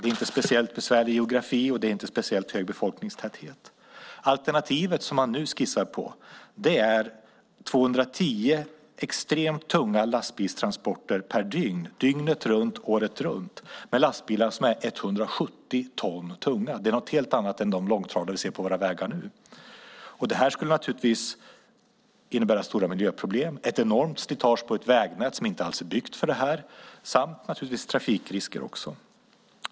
Det är inte speciellt besvärlig geografi, och det är inte speciellt hög befolkningstäthet. Det alternativ som man nu skissar på är 210 extremt tunga lastbilstransporter per dygn, dygnet runt, året runt, med lastbilar som är 170 ton tunga. Det är något helt annat än de långtradare vi ser på våra vägar nu. Det här skulle naturligtvis innebära stora miljöproblem, ett enormt slitage på ett vägnät som inte alls är byggt för detta samt naturligtvis också trafikrisker.